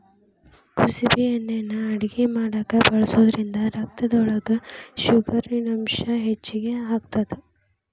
ಕುಸಬಿ ಎಣ್ಣಿನಾ ಅಡಗಿ ಮಾಡಾಕ ಬಳಸೋದ್ರಿಂದ ರಕ್ತದೊಳಗ ಶುಗರಿನಂಶ ಹೆಚ್ಚಿಗಿ ಆಗತ್ತದ